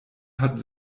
hat